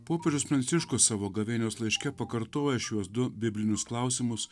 popiežius pranciškus savo gavėnios laiške pakartoja šiuos du biblinius klausimus